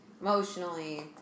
emotionally